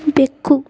ಬೆಕ್ಕು